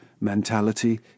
mentality